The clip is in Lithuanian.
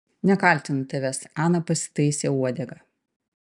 nekaltinu tavęs ana pasitaisė uodegą